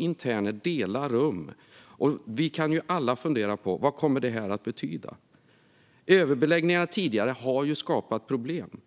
interner måste dela rum. Vi kan alla fundera på vad detta kan medföra. Överbeläggningar har tidigare skapat problem.